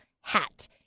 hat